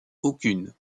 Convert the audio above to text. aucune